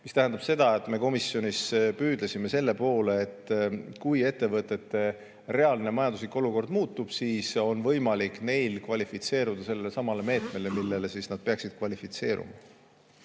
See tähendab seda, et me komisjonis püüdlesime selle poole, et kui ettevõtete reaalne majanduslik olukord muutub, siis on võimalik neil kvalifitseeruda sellelesamale meetmele, millele nad peaksid kvalifitseeruma.